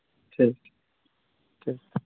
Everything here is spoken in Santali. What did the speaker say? ᱴᱷᱤᱠ ᱴᱷᱤᱠ ᱴᱷᱤ